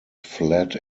fled